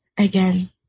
again